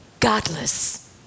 Godless